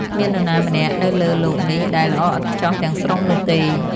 គ្មាននរណាម្នាក់នៅលើលោកនេះដែលល្អឥតខ្ចោះទាំងស្រុងនោះទេ។